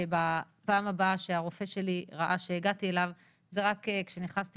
שבפעם הבאה שהרופא שלי ראה שהגעתי אליו זה רק כשנכנסתי